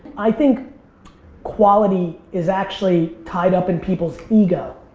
i think quality is actually tied up in people's ego,